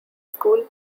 school